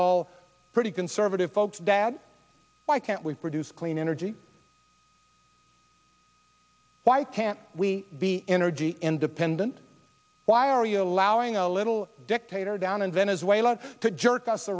all pretty conservative folks dad why can't we produce clean energy why can't we be energy independent why are you allowing a little dictator down in venezuela to jerk us